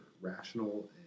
rational